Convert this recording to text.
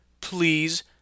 Please